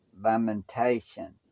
lamentation